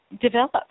develop